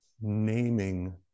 naming